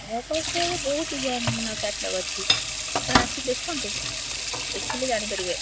ମୋ ପାଖରେ ବହୁତ ଡିଜାଇନ୍ରେ କ୍ୟାଟ୍ଲଗ୍ ଅଛି ଆପଣ ଆସି ଦେଖନ୍ତୁ ଦେଖିଲେ ଜାଣିପାରିବେ